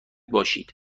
باشید